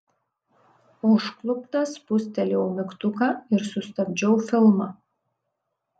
užkluptas spustelėjau mygtuką ir sustabdžiau filmą